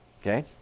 Okay